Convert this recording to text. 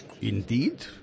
Indeed